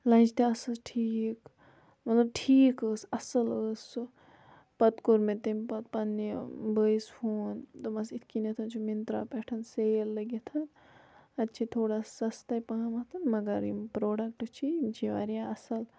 لَنجہٕ تہِ آسَس ٹھیٖک مطلب ٹھیٖک ٲس اَصٕل ٲس سُہ پَتہٕ کوٚر مےٚ تمہِ پَتہٕ پَننہِ بٲیِس فون دوٚپَس اِتھ کٔنیٚتھ چھُ مِنترٛا پٮ۪ٹھ سیل لٔگِتھ اَتہِ چھِ تھوڑا سَستے پَہمَتھ مگر یِم پرٛوڈَکٹ چھی یِم چھِ واریاہ اَصٕل